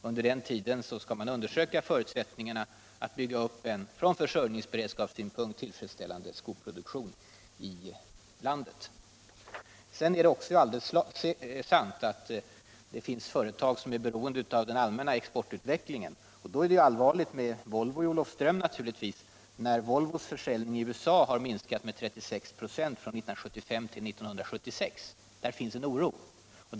Under den tiden skall man undersöka förutsättningarna att bygga upp en från försörjningsberedskapssynpunkt tillfredsställande skoproduktion i landet. Sedan är det också alldeles sant att det finns företag som är beroende av den allmänna exportutvecklingen. Då är det naturligtvis allvarligt för Volvo i Olofström, när Volvos försäljning i USA har minskat med 36 96 från 1975 till 1976. Då har vi skäl att känna oro.